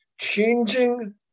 changing